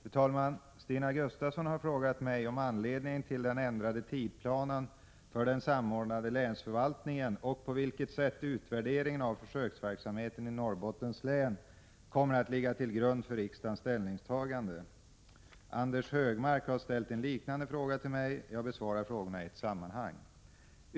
Fru talman! Stina Gustavsson har frågat mig om anledningen till den ändrade tidsplanen för den samordnade länsförvaltningen och på vilket sätt utvärderingen av försöksverksamheten i Norrbottens län kommer att kunna ligga till grund för riksdagens ställningstagande. Anders Högmark har ställt en liknande fråga till mig. Jag besvarar frågorna i ett sammanhang.